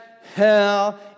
hell